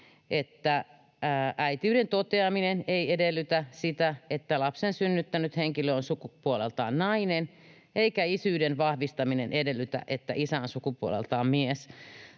että äitiyden toteaminen ei edellytä sitä, että lapsen synnyttänyt henkilö on sukupuoleltaan nainen, eikä isyyden vahvistaminen edellytä, että isä on sukupuoleltaan mies.